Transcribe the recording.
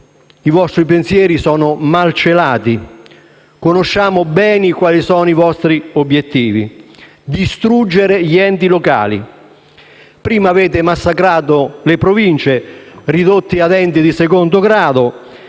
I vostri pensieri sono mal celati. Conosciamo bene quali sono i vostri obiettivi: distruggere gli enti locali. Prima avete massacrato le Province, ridotte a enti di secondo grado,